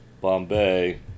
Bombay